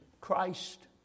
Christ